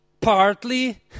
partly